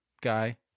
guy